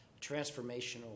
transformational